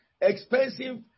expensive